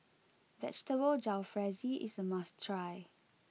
Vegetable Jalfrezi is a must try